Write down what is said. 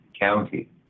county